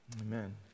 Amen